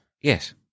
yes